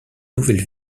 nouvelle